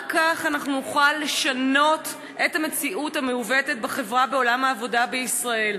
רק כך אנחנו נוכל לשנות את המציאות המעוותת בחברה בעולם העבודה בישראל.